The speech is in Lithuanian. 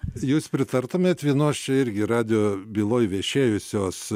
jūs pritartumėt vienos čia irgi radijo byloj viešėjusios